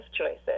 choices